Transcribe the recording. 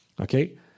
Okay